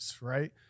right